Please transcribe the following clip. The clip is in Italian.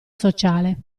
sociale